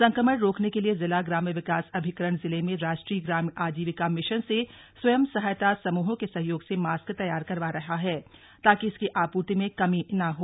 संक्रमण रोकने के लिए जिला ग्राम्य विकास अभिकरण जिले में राष्ट्रीय ग्रामीण आजीविका मिशन से स्वयंसहायता समूहों के सहयोग से मास्क तैयार करवा रहा है ताकि इसकी आपूर्ति में कमी न हो